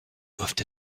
doivent